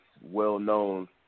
well-known